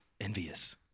envious